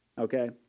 okay